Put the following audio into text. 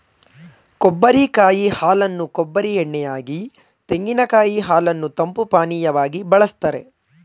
ಕೊಬ್ಬರಿ ಕಾಯಿ ಹಾಲನ್ನು ಕೊಬ್ಬರಿ ಎಣ್ಣೆ ಯಾಗಿ, ತೆಂಗಿನಕಾಯಿ ಹಾಲನ್ನು ತಂಪು ಪಾನೀಯವಾಗಿ ಬಳ್ಸತ್ತರೆ